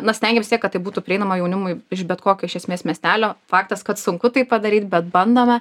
na stengiamės vistiek kad tai būtų prieinama jaunimui iš bet kokio iš esmės miestelio faktas kad sunku tai padaryt bet bandome